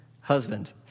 husband